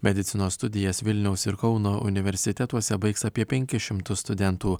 medicinos studijas vilniaus ir kauno universitetuose baigs apie penkis šimtus studentų